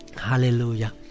Hallelujah